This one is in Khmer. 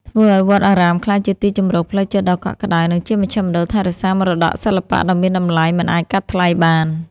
ធ្វើឱ្យវត្តអារាមក្លាយជាទីជម្រកផ្លូវចិត្តដ៏កក់ក្តៅ និងជាមជ្ឈមណ្ឌលថែរក្សាមរតកសិល្បៈដ៏មានតម្លៃមិនអាចកាត់ថ្លៃបាន។